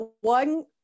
one